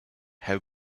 how